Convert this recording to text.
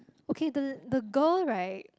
okay the the the girl right